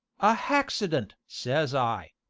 a haccident says i.